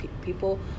people